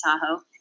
Tahoe